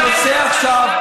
הנושא עכשיו,